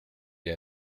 der